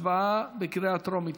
הצבעה בקריאה טרומית.